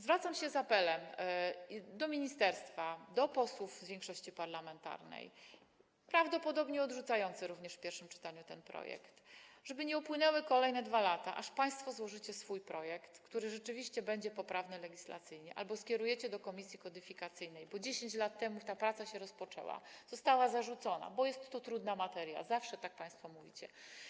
Zwracam się z apelem do ministerstwa, do posłów z większości parlamentarnej, którzy prawdopodobnie odrzucą w pierwszym czytaniu ten projekt, żeby nie upłynęły kolejne 2 lata, aż państwo złożycie swój projekt, który rzeczywiście będzie poprawny legislacyjnie, albo skierujecie to do komisji kodyfikacyjnej, bo 10 lat temu ta praca się rozpoczęła i została zarzucona, bo jest to trudna materia, zawsze tak państwo mówicie.